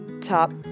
top